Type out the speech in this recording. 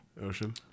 Ocean